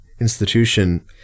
institution